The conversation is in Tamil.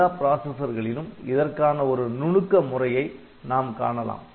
எல்லா ப்ராசசர்களிலும் இதற்கான ஒரு நுணுக்க முறையை நாம் காணலாம்